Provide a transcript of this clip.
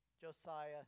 Josiah